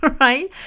right